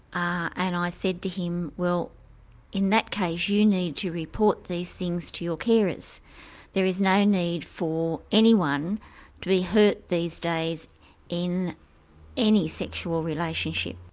and i said to him, well in that case you need to report these things to your carers. there is no need for anyone to be hurt these days in any sexual relationship.